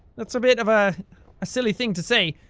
that's a bit of ah, a silly thing to say.